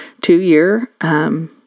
two-year